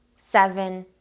seven,